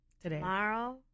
tomorrow